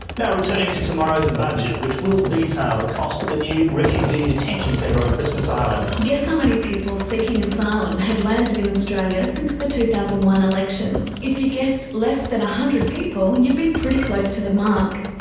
now returning to tomorrow's budget which will detail the cost of a new refugee detention centre on christmas island. guess how many people seeking asylum have landed in australia since the two thousand and one election? if you guessed less than one hundred people, you'd be pretty close to the mark.